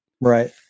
Right